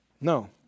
no